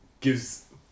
gives